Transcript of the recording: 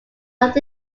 loved